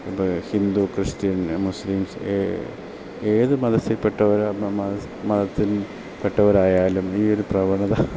ഇപ്പോൾ Hindu Christian Muslims ഏ ഏത് മതത്തിൽപ്പെട്ടവർ മതത്തിൽ പെട്ടവരായാലും ഈ ഒരു പ്രവണത